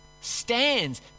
Stands